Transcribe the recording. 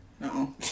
no